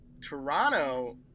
Toronto